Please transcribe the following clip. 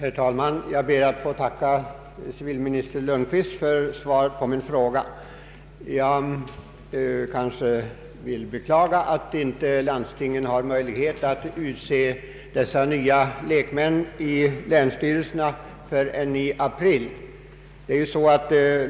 Herr talman! Jag ber att få tacka statsrådet Lundkvist för svaret på min fråga. Jag beklagar att landstingen inte har fått möjlighet att utse de nya lekmännen i länsstyrelserna förrän i april.